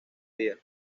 día